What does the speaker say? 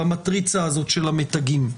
במטריצה הזאת של המתגים.